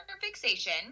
fixation